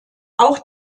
auch